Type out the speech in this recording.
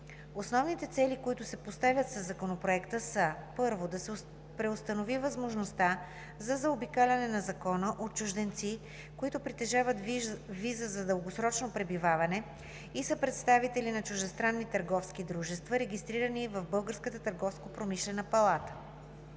Основните цели, които се поставят със Законопроекта, са: 1. Да се преустанови възможността за заобикаляне на Закона от чужденци, които притежават виза за дългосрочно пребиваване и са представители на чуждестранни търговски дружества, регистрирани в Българската търговско-промишлена палата.